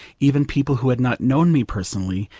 even people who had not known me personally,